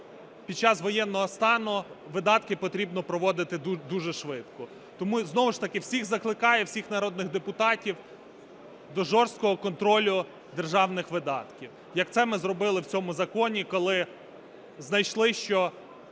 під час воєнного стану видатки потрібно проводити дуже швидко. Тому знову ж таки всіх закликаю, всіх народних депутатів, до жорсткого контролю державних видатків, як це ми зробили в цьому законі, коли знайшли, що